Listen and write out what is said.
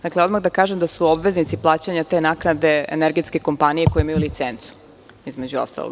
Dakle, odmah da kažem da su obveznici plaćanja te naknade energetske kompanije koje imaju licencu, između ostalog.